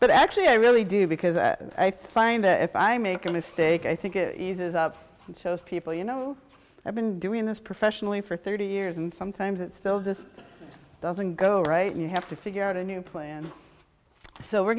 but actually i really do because i find that if i make a mistake i think it eases up and shows people you know i've been doing this professionally for thirty years and sometimes it still just doesn't go right you have to figure out a new plan so we're